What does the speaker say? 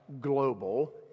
global